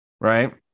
right